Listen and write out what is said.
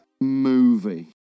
movie